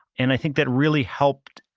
and i think that really helped.